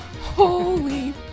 Holy